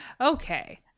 Okay